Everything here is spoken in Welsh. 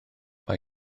mae